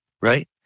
right